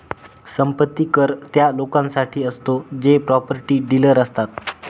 संपत्ती कर त्या लोकांसाठी असतो जे प्रॉपर्टी डीलर असतात